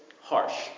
harsh